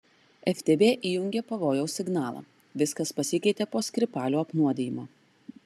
ftb įjungė pavojaus signalą viskas pasikeitė po skripalių apnuodijimo